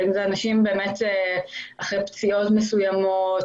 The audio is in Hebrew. מדובר באנשים אחרי פציעות מסוימות,